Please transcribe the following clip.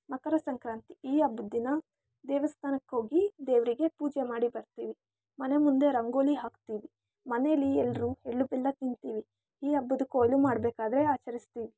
ಮಕರ ಸಂಕ್ರಾಂತಿ ಈ ಹಬ್ಬದ ದಿನ ದೇವಸ್ಥಾನಕ್ಕೋಗಿ ದೇವರಿಗೆ ಪೂಜೆ ಮಾಡಿ ಬರ್ತೀವಿ ಮನೆ ಮುಂದೆ ರಂಗೋಲಿ ಹಾಕ್ತಿವಿ ಮನೆಯಲ್ಲಿ ಎಲ್ಲರೂ ಎಳ್ಳು ಬೆಲ್ಲ ತಿಂತೀವಿ ಈ ಹಬ್ಬನ ಕೊಯ್ಲು ಮಾಡ್ಬೇಕಾದ್ರೆ ಆಚರಿಸ್ತೀವಿ